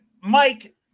Mike